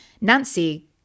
Nancy